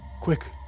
Quick